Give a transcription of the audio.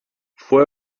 fue